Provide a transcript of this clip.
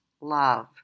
love